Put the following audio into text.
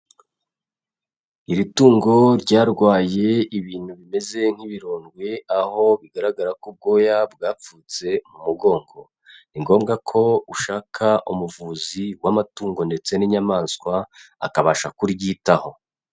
Iri tungo ryarwaye ibintu bimeze nk'ibirondwe, aho bigaragara ko ubwoya bwapfutse mu mugongo, ni ngombwa ko ushaka umuvuzi w'amatungo ndetse n'inyamaswa akabasha kuryitaho.